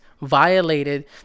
violated